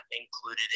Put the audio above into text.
included